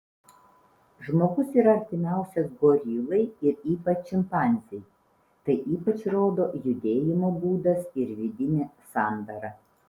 žmogus yra artimiausias gorilai ir ypač šimpanzei tai ypač rodo judėjimo būdas ir vidinė sandara